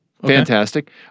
Fantastic